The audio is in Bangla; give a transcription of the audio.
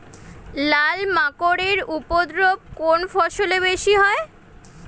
লাল মাকড় এর উপদ্রব কোন ফসলে বেশি হয়?